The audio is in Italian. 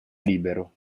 libero